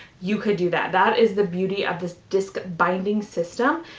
you could do that. that is the beauty of this disc binding system.